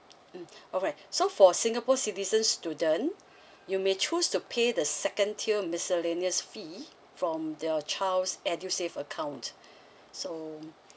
mm alright so for singapore citizen student you may choose to pay the second tier miscellaneous fee from the child's edusave account so